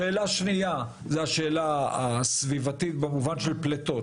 שאלת הסביבה בהקשר של פליטות,